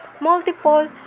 multiple